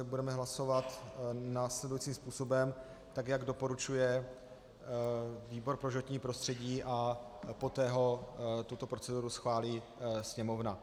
Budeme hlasovat následujícím způsobem, jak doporučuje výbor pro životní prostředí a poté tuto proceduru schválí Sněmovna.